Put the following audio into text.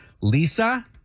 Lisa